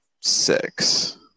six